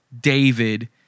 David